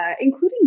including